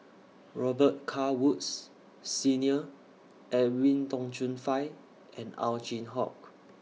Robet Carr Woods Senior Edwin Tong Chun Fai and Ow Chin Hock